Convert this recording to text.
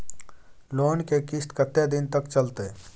Loan के किस्त कत्ते दिन तक चलते?